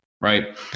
Right